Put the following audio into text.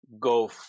go